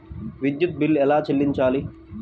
విద్యుత్ బిల్ ఎలా చెల్లించాలి?